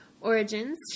Origins